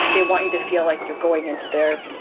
they want you to feel like you're going into their,